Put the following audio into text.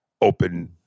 open